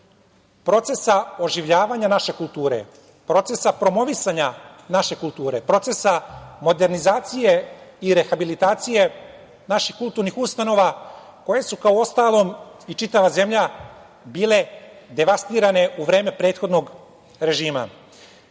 procesa oživljavanja naše kulture, procesa promovisanja naše kulture, procesa modernizacije i rehabilitacije naših kulturnih ustanova, koje su, kao u uostalom i čitava zemlja, bile devastirane u vreme prethodnog režima. Navešću